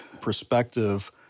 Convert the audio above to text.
perspective